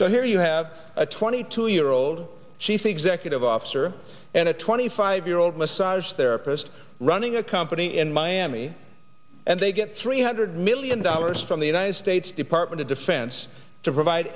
so here you have a twenty two year old chief executive officer and a twenty five year old massage therapist running a company in miami and they get three hundred million dollars from the united states department of defense to provide